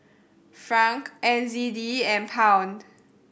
Franc N Z D and Pound